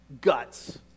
guts